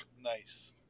Nice